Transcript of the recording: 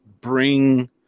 Bring